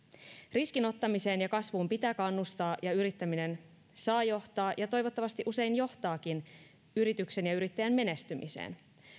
riskinottamiseen ja kasvuun pitää kannustaa ja yrittäminen saa johtaa ja toivottavasti usein johtaakin yrityksen ja yrittäjän menestymiseen